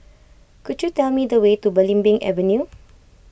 could you tell me the way to Belimbing Avenue